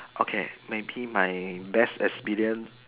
okay maybe my best experience